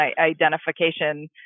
identification